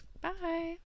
bye